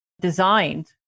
designed